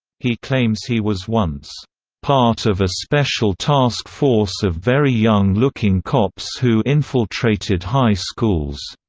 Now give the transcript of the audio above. he claims he was once part of a special task force of very young-looking cops who infiltrated high schools,